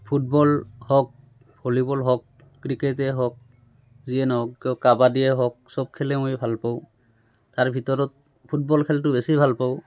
football হওক volleyball হওক ক্ৰিকেটেই হওক যিয়ে নহওক কিয় কাবাডীয়ে হওক চব খেলেই মই ভাল পাওঁ তাৰ ভিতৰত ফুটবল খেলটো বেছি ভাল পাওঁ